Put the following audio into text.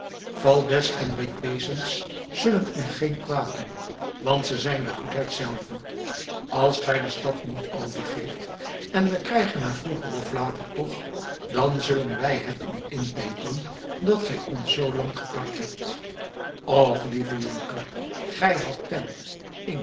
valdez en requesens zullen u geen kwaad doen want ze zijn de goedheid zelve als gij de stad niet overgeeft en we krijgen haar vroeger of later toch dan zullen wij het u inpeperen dat gij ons zoo lang getart hebt och lieve jonker gij hadt pen